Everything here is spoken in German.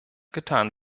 getan